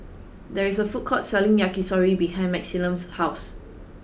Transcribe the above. there is a food court selling Yakitori behind Maximilian's house